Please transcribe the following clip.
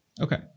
Okay